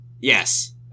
Yes